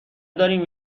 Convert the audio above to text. داریم